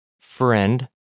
friend